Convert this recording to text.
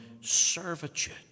servitude